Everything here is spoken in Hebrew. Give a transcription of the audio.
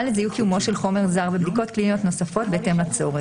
לזיהוי קיומו של חומר זר בגוף הנפגע או